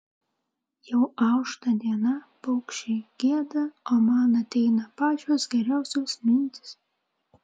jau aušta diena paukščiai gieda o man ateina pačios geriausios mintys